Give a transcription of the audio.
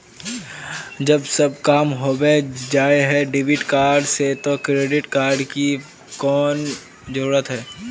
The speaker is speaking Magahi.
जब सब काम होबे जाय है डेबिट कार्ड से तो क्रेडिट कार्ड की कोन जरूरत है?